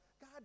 God